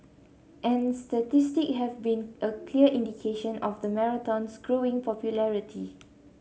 and statistics have been a clear indication of the marathon's growing popularity